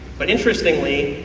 but interestingly,